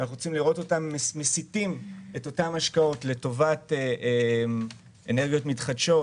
אנחנו רוצים לראות אותם מסיטים את אותן השקעות לטובת אנרגיות מתחדשות